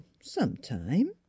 sometime